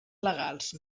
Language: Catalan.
legals